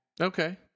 Okay